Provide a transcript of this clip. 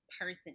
person